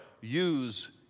use